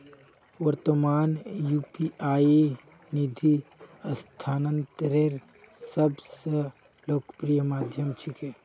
वर्त्तमानत यू.पी.आई निधि स्थानांतनेर सब स लोकप्रिय माध्यम छिके